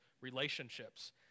relationships